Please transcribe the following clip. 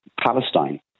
Palestine